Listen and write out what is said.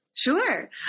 Sure